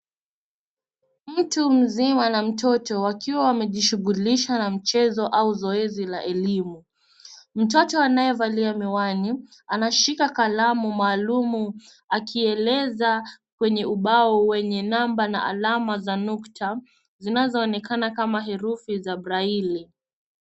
Mtu mzima na mtoto ,wakiwa wamejishughulisha na mchezo au zoezi la elimu. Mtoto anayevalia miwani, anashika kalamu maalumu, akielezea kwenye ubao wenye namba na alama za nukta, zinazo onekana kama herufi za brailli.